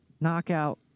Knockout